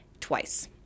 twice